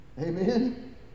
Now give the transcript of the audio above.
Amen